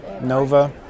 Nova